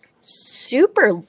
super